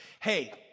Hey